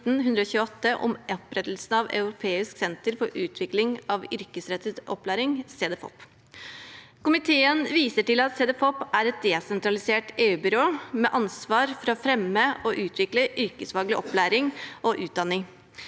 om opprettelse av et europeisk senter for utvikling av yrkesrettet opplæring, Cedefop. Komiteen viser til at Cedefop er et desentralisert EUbyrå med ansvar for å fremme og utvikle yrkesfaglig opplæring og utdanning.